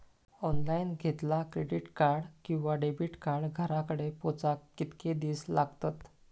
Online घेतला क्रेडिट कार्ड किंवा डेबिट कार्ड घराकडे पोचाक कितके दिस लागतत?